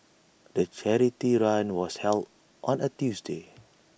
the charity run was held on A Tuesday